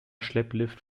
schlepplift